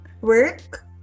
work